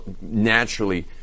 naturally